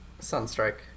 Sunstrike